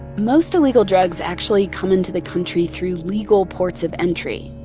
most illegal drugs actually come into the country through legal ports of entry.